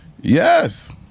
Yes